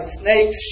snakes